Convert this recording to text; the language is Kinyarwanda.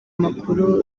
makuru